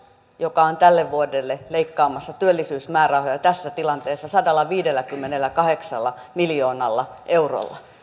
joka on tälle vuodelle leikkaamassa työllisyysmäärärahoja tässä tilanteessa sadallaviidelläkymmenelläkahdeksalla miljoonalla eurolla